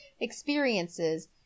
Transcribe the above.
experiences